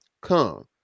come